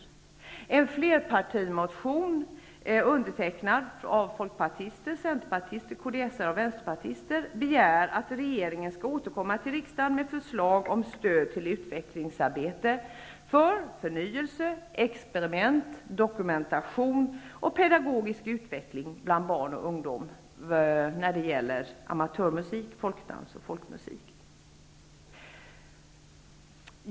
I en flerpartimotion, undertecknad av folkpartister, centerpartister, kds:are och vänsterpartister, yrkas det att regeringen skall återkomma till riksdagen med förslag om stöd till utvecklingsarbete för förnyelse, experiment, dokumentation och pedagogisk utveckling bland barn och ungdom när det gäller amatörmusik, folkdans och folkmusik.